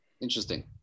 Interesting